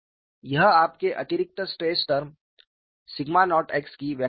यह आपके अतिरिक्त स्ट्रेस टर्म σ0xकी व्याख्या करेगा